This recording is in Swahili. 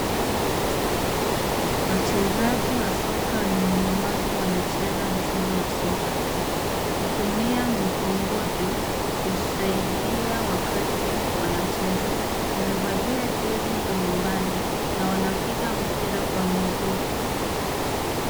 Wachezaji wa soka wenye ulemavu wanacheza mchezo wa soka kutumia mikongojo kusaidia wakati wanacheza. Wamevalia jezi mbalimbali na wanapiga mpira kwa miguu.